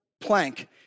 plank